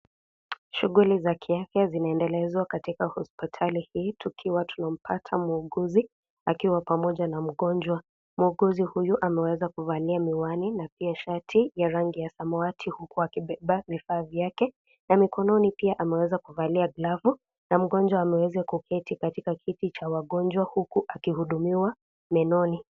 Shughuli za kiafya zinaendelezwa katika hospitali hii tukiwa tunampata muuguzi akiwa pamoja na mgonjwa, muuguzi huyu ameweza kuvalia miwani na pia shati ya rangi ya samawati huku akibeba vifaa vyake na mikononi pia ameweza kuvalia glavu na mgonjwa ameweza kuketi katika kiti cha wagonjwa huku akihudumiwa menoni.